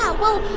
yeah well,